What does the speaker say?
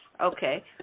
okay